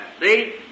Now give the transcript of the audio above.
See